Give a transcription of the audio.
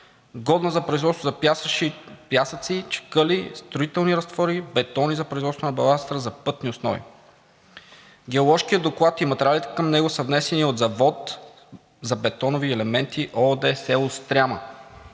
годна за производство за пясъци, чакъли, строителни разтвори, бетони за производство на баластра за пътни основи. Геоложкият доклад и материалите към него са внесени от Завод за бетонови елементи ООД – село Стряма,